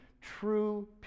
True